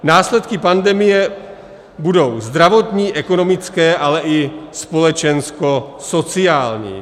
Následky pandemie budou zdravotní, ekonomické, ale i společenskosociální.